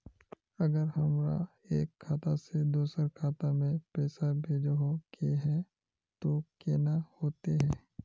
अगर हमरा एक खाता से दोसर खाता में पैसा भेजोहो के है तो केना होते है?